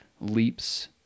leaps